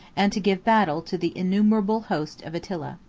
and to give battle to the innumerable host of attila.